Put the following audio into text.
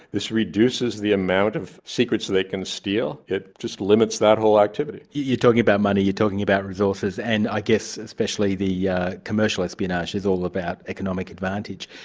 this reduces the amount of secrets they can steal, it just limits that whole activity. you're talking about money, you're talking about resources, and i guess especially the yeah commercial espionage is all about economic advantage.